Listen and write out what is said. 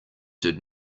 did